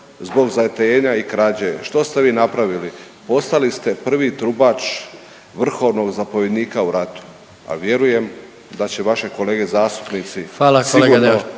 Hvala kolega